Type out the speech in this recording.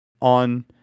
on